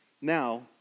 now